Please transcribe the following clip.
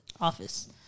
Office